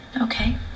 Okay